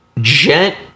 gent